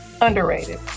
Underrated